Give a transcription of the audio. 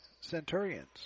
Centurions